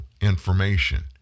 information